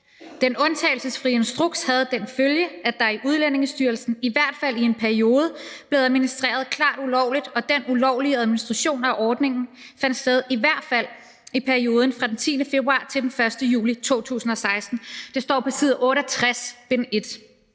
»Den undtagelsesfrie instruks havde den følge, at der i Udlændingestyrelsen i hvert fald i en periode blev administreret klart ulovligt, og den ulovlige administration af ordningen fandt sted i hvert fald i perioden fra den 10. februar til den 1. juli 2016.« Det står på side 68